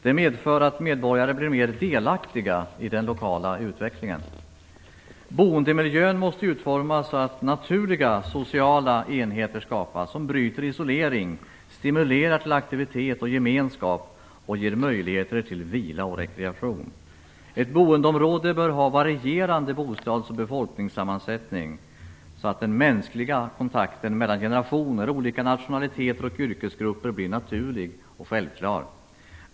Det medför att medborgarna blir mer delaktiga i den lokala utvecklingen. Boendemiljön måste utformas så att naturliga sociala enheter skapas som bryter isolering, stimulerar till aktivitet och gemenskap och ger möjligheter till vila och rekreation. Ett boendeområde bör ha en varierande bostads och befolkningssammansättning, så att den mänskliga kontakten mellan generationer, olika nationaliteter och yrkesgrupper blir naturlig och självklar.